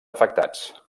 afectats